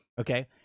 okay